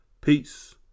Peace